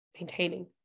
maintaining